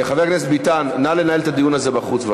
חבר הכנסת ביטן, נא לנהל את הדיון הזה בחוץ.